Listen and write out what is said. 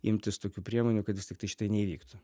imtis tokių priemonių kad vis tiktai šitai neįvyktų